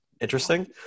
interesting